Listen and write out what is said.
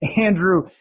Andrew